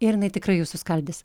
ir jinai tikrai jus suskaldys